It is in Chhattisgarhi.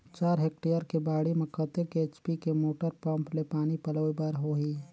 चार हेक्टेयर के बाड़ी म कतेक एच.पी के मोटर पम्म ले पानी पलोय बर होही?